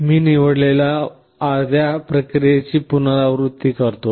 मी निवडलेल्या अर्ध्या प्रक्रियेची पुनरावृत्ती करतो